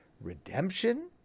redemption